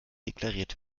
deklariert